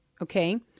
okay